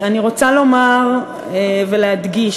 אני רוצה לומר ולהדגיש,